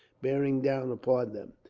bearing down upon them.